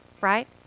Right